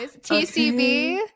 tcb